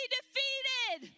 defeated